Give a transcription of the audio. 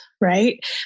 right